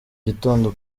gitondo